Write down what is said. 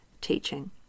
teaching